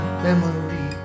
memory